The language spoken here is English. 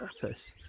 purpose